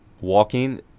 walking